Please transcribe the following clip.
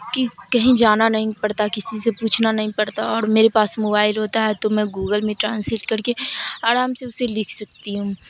کہ کہیں جانا نہیں پڑتا کسی سے پوچھنا نہیں پڑتا اور میرے پاس موبائل ہوتا ہے تو میں گوگل میں ٹرانسلیٹ کر کے آڑام سے اسے لکھ سکتی ہوں